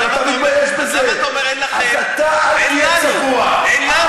אבל אתה מתבייש בזה, אז אתה אל תהיה צבוע.